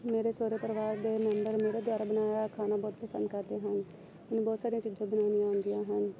ਮੇਰੇ ਸਹੁਰੇ ਪਰਿਵਾਰ ਦੇ ਮੈਂਬਰ ਮੇਰੇ ਦੁਆਰਾ ਬਣਾਇਆ ਹੋਇਆ ਖਾਣਾ ਬਹੁਤ ਪਸੰਦ ਕਰਦੇ ਹਨ ਮੈਨੂੰ ਬਹੁਤ ਸਾਰੀਆਂ ਚੀਜ਼ਾਂ ਬਣਾਉਣੀਆਂ ਆਉਂਦੀਆਂ ਹਨ